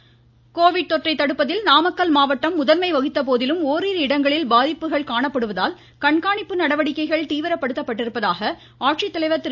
Namakkal Covid தொற்றை தடுப்பதில் நாமக்கல் மாவட்டம் முதன்மை வகித்தபோதிலும் ஓரிரு இடங்களில் பாதிப்புகள் காணப்படுவதால் கண்காணிப்பு நடவடிக்கைகள் தீவிரப்படுத்தப்பட்டுள்ளதாக ஆட்சித்தலைவர் திரு